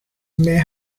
may